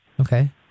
Okay